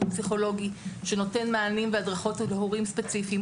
הפסיכולוגי שנותן מענים והדרכות הורים ספציפיים,